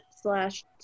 slash